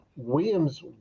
William's